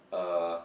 uh